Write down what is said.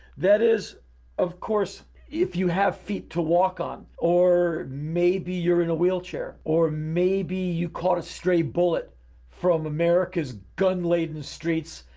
that is of course if you have feet to walk on, or maybe you're in a wheelchair, or maybe you caught a stray bullet from america's gun laden streets,